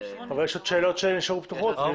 אבל יש עוד שאלות שנשארו פתוחות.